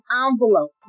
envelope